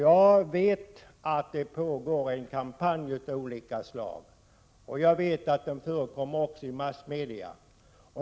Jag vet att det pågår kampanjer av olika slag, också i massmedia.